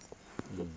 mm